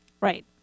right